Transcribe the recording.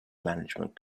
management